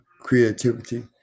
creativity